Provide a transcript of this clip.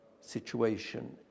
situation